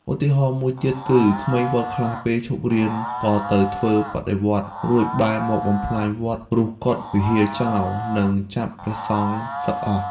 ឧទាហរណ៍មួយទៀត គឺក្មេងវត្តខ្លះ ពេលឈប់រៀនក៏ទៅធ្វើបដិវត្តន៍ រួចបែរមកបំផ្លាញវត្ត រុះកុដិ វិហារចោល និងចាប់ព្រះសង្ឃផ្សឹកអស់។